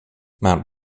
mount